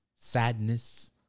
sadness